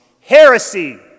heresy